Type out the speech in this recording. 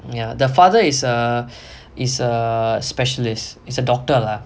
ya the father is err is a specialist is a doctor lah